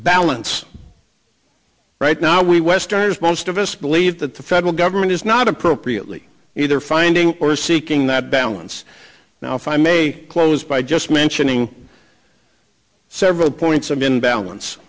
balance right now we westerners most of us believe that the federal government is not appropriately either finding or seeking that balance now if i may close by just mentioning several points of in balance